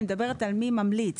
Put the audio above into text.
אני מדברת על מי ממליץ.